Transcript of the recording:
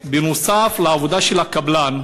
נוסף על העבודה של הקבלן,